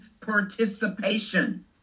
participation